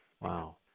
Wow